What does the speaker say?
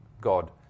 God